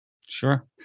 Sure